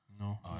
No